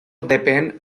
depèn